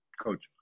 Coach